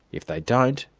if they don't,